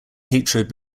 hatred